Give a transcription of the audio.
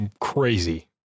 crazy